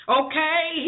okay